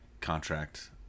contract